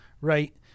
Right